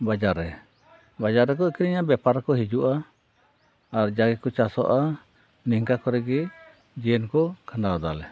ᱵᱟᱡᱟᱨ ᱨᱮ ᱵᱟᱡᱟᱨ ᱨᱮᱠᱚ ᱟᱹᱠᱷᱟᱨᱤᱧᱼᱟ ᱵᱮᱯᱟᱨ ᱦᱚᱠᱚ ᱦᱤᱡᱩᱜᱼᱟ ᱟᱨ ᱡᱟᱜᱮᱠᱚ ᱪᱟᱥᱼᱟ ᱱᱤᱝᱠᱟᱹ ᱠᱚᱛᱮ ᱜᱮ ᱡᱤᱭᱚᱱ ᱠᱚ ᱠᱷᱟᱸᱰᱟᱣ ᱮᱫᱟ ᱞᱮ